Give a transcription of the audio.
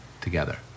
together